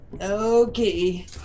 Okay